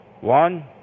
one